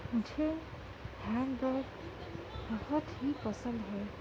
مجھے handbag بہت ہی پسند ہے